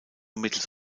mittels